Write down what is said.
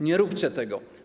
Nie róbcie tego.